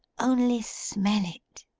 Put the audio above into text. only smell it